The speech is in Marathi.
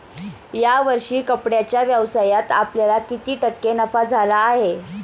या वर्षी कपड्याच्या व्यवसायात आपल्याला किती टक्के नफा झाला आहे?